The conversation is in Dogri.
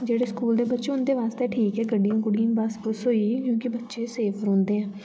जेह्ड़े स्कूल दे बच्चे उं'दे वास्तै ठीक ऐ गड्डियां गुड्डियां बस बुस होई गेई क्योंकि बच्चे सेफ रौह्न्दे ऐ